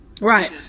Right